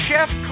Chef